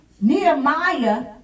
Nehemiah